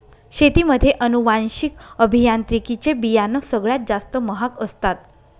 शेतीमध्ये अनुवांशिक अभियांत्रिकी चे बियाणं सगळ्यात जास्त महाग असतात